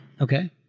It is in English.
Okay